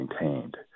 maintained